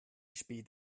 spät